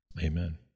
Amen